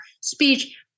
speech